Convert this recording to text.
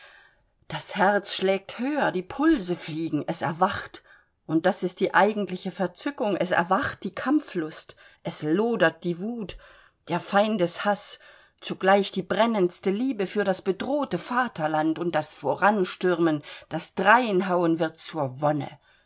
das herz schlägt höher die pulse fliegen es erwacht und das ist die eigentliche verzückung es erwacht die kampflust es lodert die wut der feindeshaß zugleich die brennendste liebe für das bedrohte vaterland und das voranstürmen das dreinhauen wird zur wonne